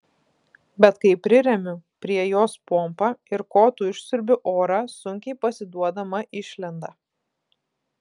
bet kai priremiu prie jos pompą ir kotu išsiurbiu orą sunkiai pasiduodama išlenda